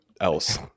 else